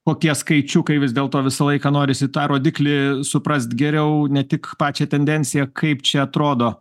kokie skaičiukai vis dėl to visą laiką norisi tą rodiklį suprast geriau ne tik pačią tendenciją kaip čia atrodo